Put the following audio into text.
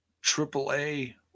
triple-A